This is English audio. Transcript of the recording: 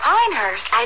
Pinehurst